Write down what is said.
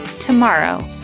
tomorrow